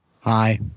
Hi